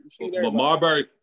Marbury